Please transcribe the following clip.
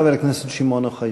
חבר הכנסת שמעון אוחיון.